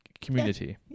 community